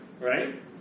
right